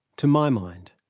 to my mind,